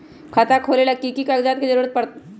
खाता खोले ला कि कि कागजात के जरूरत परी?